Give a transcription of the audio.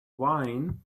wine